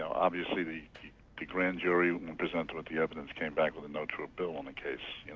obviously, the the grand jury, when presented with the evidence, came back with a no true bill on the case. you know,